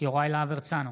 יוראי להב הרצנו,